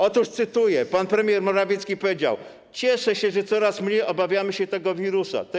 Otóż cytuję, pan premier Morawiecki powiedział: cieszę się, że coraz mniej obawiamy się tego wirusa, tej epidemii.